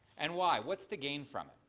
and why? what's to gain from it?